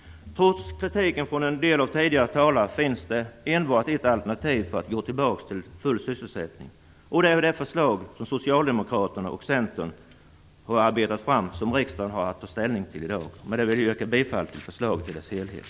Trots kritiken från en del av de tidigare talarna finns det enbart ett alternativ för att man skall kunna återgå till full sysselsättning, och det är det förslag som Socialdemokraterna och Centern har arbetat fram och som riksdagen har att ta ställning till i dag. Med det anförda vill jag yrka bifall till förslaget i dess helhet.